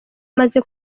amaze